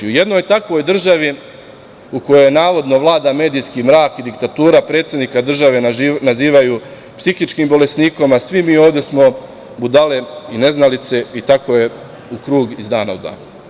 U jednoj takvoj državi u kojoj navodno vlada medijski mrak i diktatura predsednika države nazivaju psihičkim bolesnikom, a svi mi ovde smo budale i neznalice i tako je u krug iz dana u dan.